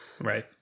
Right